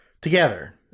Together